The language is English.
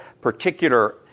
particular